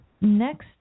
Next